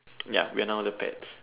ya we are now the pets